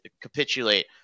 capitulate